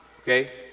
okay